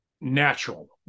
natural